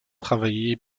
travaillé